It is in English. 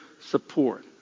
support